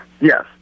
Yes